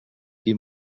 qui